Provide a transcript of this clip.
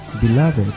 Beloved